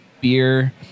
beer